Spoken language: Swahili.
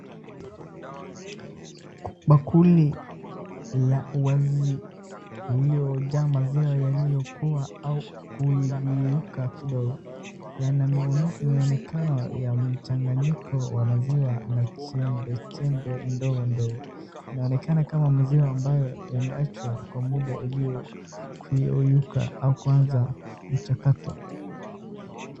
Bakuli la wazi liliojaa maziwa yaliyokuwa au kugeuka kidogo yanamwonekano ya mchanganyiko wa maziwa na chembe chembe ndogo ndogo inaonekana kama maziwa ambayo yameachwa kwa muda ilikuyeyuka au kuanza mchakato.